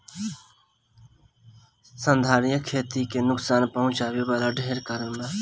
संधारनीय खेती के नुकसान पहुँचावे वाला ढेरे कारण बा